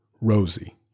Rosie